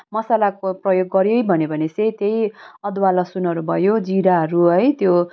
मसालाको प्रयोग गऱ्यो भने चाहिँ त्यही अदुवा लसुनहरू भयो जिराहरू है त्यो